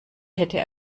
hätte